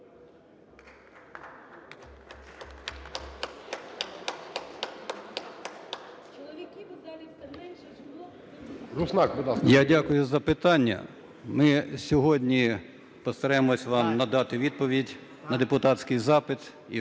Я дякую за запитання. Ми сьогодні постараємось вам надати відповідь на депутатський запит